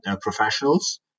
professionals